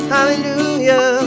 Hallelujah